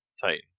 Titan